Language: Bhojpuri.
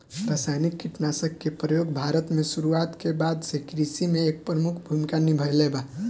रासायनिक कीटनाशक के प्रयोग भारत में शुरुआत के बाद से कृषि में एक प्रमुख भूमिका निभाइले बा